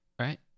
right